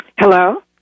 Hello